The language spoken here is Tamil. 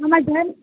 ஆமாம் சார்